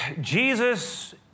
Jesus